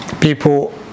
people